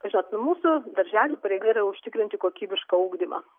žinot mūsų darželio pareiga yra užtikrinti kokybišką ugdymą